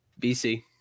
BC